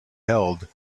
held